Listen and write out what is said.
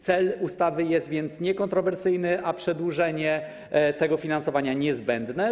Cel ustawy jest więc niekontrowersyjny, a przedłużenie tego finansowania - niezbędne.